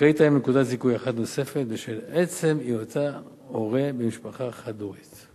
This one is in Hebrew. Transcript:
זכאית האם לנקודת זיכוי אחת נוספת בשל עצם היותה הורה במשפחה חד-הורית.